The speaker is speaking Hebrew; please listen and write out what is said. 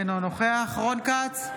אינו נוכח רון כץ,